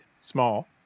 small